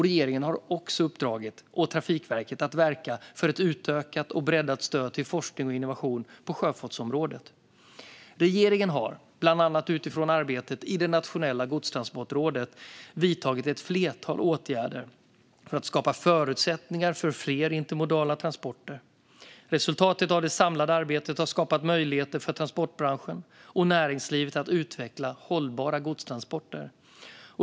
Regeringen har också uppdragit åt Trafikverket att verka för ett utökat och breddat stöd till forskning och innovation på sjöfartsområdet. Regeringen har bland annat utifrån arbetet i det nationella godstransportrådet vidtagit ett flertal åtgärder för att skapa förutsättningar för fler intermodala transporter. Resultatet av det samlade arbetet har skapat möjligheter för transportbranschen och näringslivet att utveckla hållbara godstransporter.